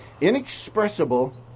inexpressible